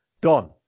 Done